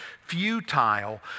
futile